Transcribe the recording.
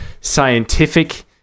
scientific